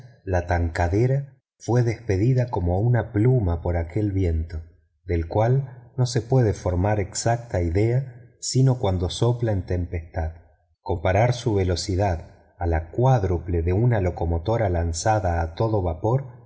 la tankadera fue despedida como una pluma por aquel viento del cual no se puede formar exacta idea sino cuando sopla en tempestad comparar su velocidad a la cuádruple de una locomotora lanzada a todo vapor